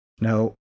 Now